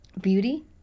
beauty